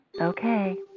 okay